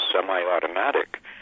semi-automatic